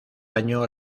año